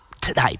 today